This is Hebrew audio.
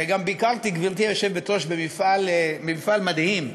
וגם ביקרתי, גברתי היושבת-ראש, במפעל מדהים,